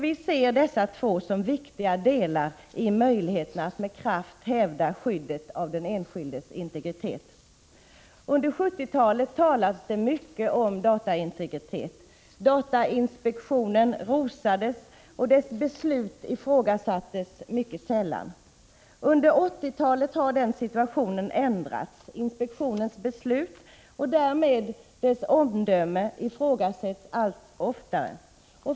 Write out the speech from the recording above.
Vi ser dessa två som viktiga delar i möjligheterna att med kraft hävda skyddet av den enskildes integritet. Under 1970-talet talades mycket om dataintegritet. Datainspektionen rosades, och dess beslut ifrågasattes mycket sällan. Under 1980-talet har situationen ändrats. Inspektionens beslut och därmed dess omdöme ifrågasätts allt oftare.